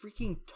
freaking